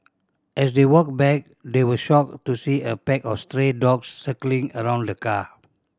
as they walked back they were shocked to see a pack of stray dogs circling around the car